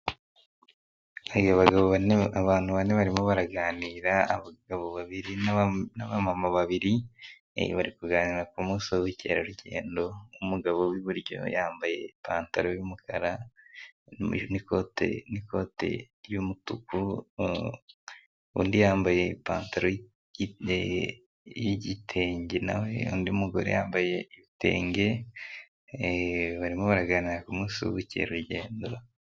Hari abagabo bane abantu bane barimo baraganira abagabo babiri mama babiri bari kuganira ku munsi w'ubukerarugendo, umugabo w'iburyo yambaye ipantaro yumukaraje n'ikote n'ikoti ry'umutuku undi yambaye ipantaroteyeigitenge naho undi mugore yambaye ibitenge barimo baraganira ku munsi w'ubukerarugendo.